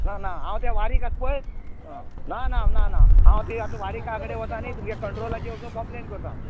ना ना हांव त्या वारीक आसा पय हां ना ना ना ना हांव ते आतां वारीका कडेन वता आनी तुमगे कोन्ट्रोलाचेर वचून कॉम्प्लेन करतां